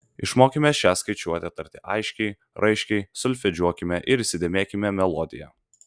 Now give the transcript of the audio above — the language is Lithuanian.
išmokime šią skaičiuotę tarti aiškiai raiškiai solfedžiuokime ir įsidėmėkime melodiją